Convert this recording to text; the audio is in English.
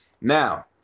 Now